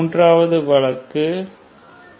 மூன்றாம் வழக்கு 3rd case i